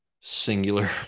singular